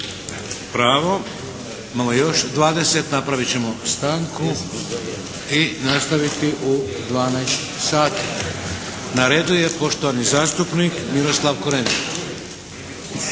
pravo. Imamo još 20. Napravit ćemo stanku i nastaviti u 12 sati. Na redu je poštovani zastupnik Miroslav Korenika.